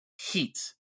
heat